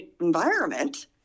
environment